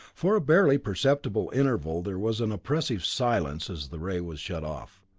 for a barely perceptible interval there was an oppressive silence as the ray was shut off.